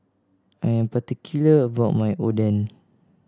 I am particular about my Oden